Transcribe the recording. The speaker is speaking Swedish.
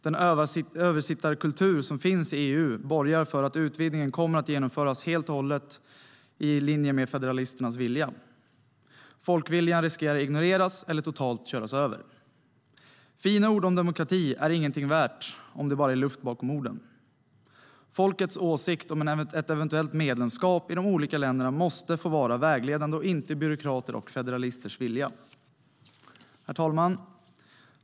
Den översittarkultur som finns i EU borgar för att utvidgningen kommer att genomföras helt och hållet i linje med federalisternas vilja. Folkviljan riskerar att ignoreras eller totalt köras över. Fina ord om demokrati är ingenting värt om det bara är luft bakom orden. Folkets åsikt om ett eventuellt medlemskap i de olika länderna måste få vara vägledande, inte byråkraters och federalisters vilja. Herr talman!